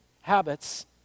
habits